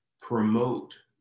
promote